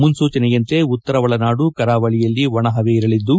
ಮುನ್ನೂಚನೆಯಂತೆ ಉತ್ತರ ಒಳನಾಡು ಕರಾವಳಿಯಲ್ಲಿ ಒಣ ಪವೆ ಇರಲಿದ್ದು